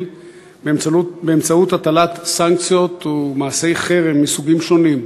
באמצעות הטלת סנקציות ומעשי חרם מסוגים שונים.